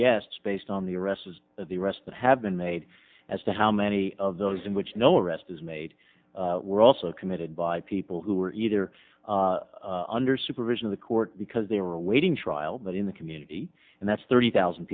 guesses based on the rest as of the rest that have been made as to how many of those in which no arrest is made were also committed by people who are either under supervision of the court because they were awaiting trial but in the community and that's thirty thousand